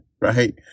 right